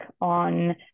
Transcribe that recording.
on